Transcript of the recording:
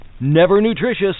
never-nutritious